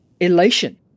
elation